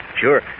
Sure